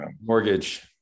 Mortgage